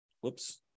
whoops